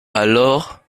alors